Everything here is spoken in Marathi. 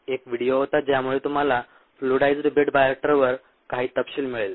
एक व्हिडिओ होता ज्यामुळे तुम्हाला फ्लुईडाइज्ड बेड बायोरिएक्टरवर काही तपशील मिळेल